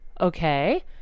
okay